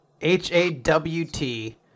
H-A-W-T